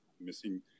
missing